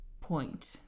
point